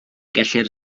gellir